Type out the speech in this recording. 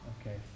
Okay